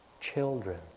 children